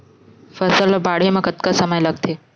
फसल ला बाढ़े मा कतना समय लगथे?